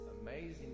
amazing